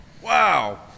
Wow